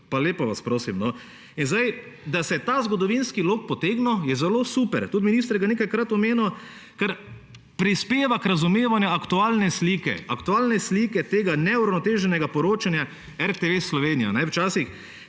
Pa lepo vas prosim. In da se je ta zgodovinski lok sedaj potegnil, je zelo super. Tudi minister ga je nekajkrat omenil, ker prispeva k razumevanju aktualne slike – aktualne slike tega neuravnoteženega poročanja RTV Slovenija. Včasih